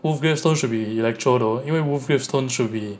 wolf grave stone should be electro though 因为 wolf gravestone should be